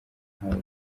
house